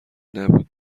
نبود